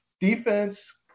Defense